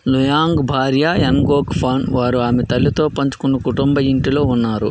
Luang భార్య Ngoc Phan వారు ఆమె తల్లితో పంచుకున్న కుటుంబ ఇంటిలో ఉన్నారు